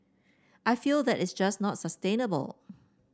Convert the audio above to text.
I feel that it's just not sustainable